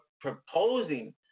proposing